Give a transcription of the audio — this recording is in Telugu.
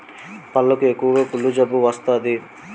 పళ్లకు ఎక్కువగా కుళ్ళు జబ్బు వస్తాది